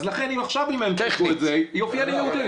אז לכן אם עכשיו הם ינפיקו את זה אז יופיע להם יהודי.